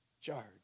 charge